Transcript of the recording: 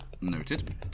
Noted